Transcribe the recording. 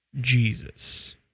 jesus